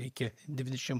iki dvidešim